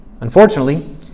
Unfortunately